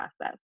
process